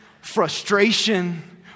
frustration